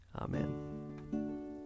Amen